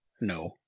no